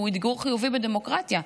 שהוא אתגור חיובי בדמוקרטיה.